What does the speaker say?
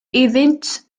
iddynt